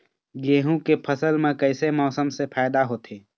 गेहूं के फसल म कइसे मौसम से फायदा होथे?